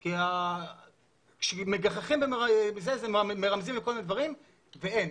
כי כשמגחכים ומרמזים לכל מיני דברים, ואין.